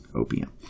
opium